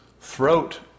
throat